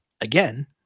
Again